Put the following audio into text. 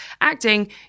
acting